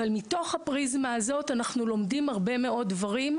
אבל מתוך הפריזמה הזאת אנחנו לומדים הרבה מאוד דברים.